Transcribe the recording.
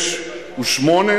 6 ו-8,